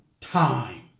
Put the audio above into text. time